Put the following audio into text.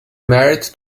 married